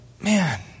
man